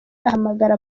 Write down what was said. ahamagara